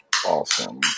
Awesome